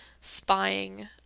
spying